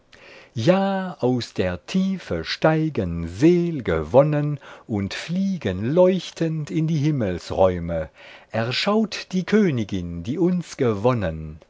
ja aus der tiefe steigen sel'ge wonnen und fliegen leuchtend in die himmelsräume erschaut die königin die uns gewonnen